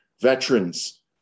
veterans